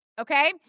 Okay